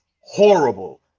horrible